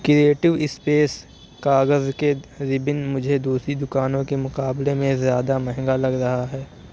creative space کاغذ کے ribbon مجھے دوسری دکانوں کے مقابلے میں زیادہ مہنگا لگ رہا ہے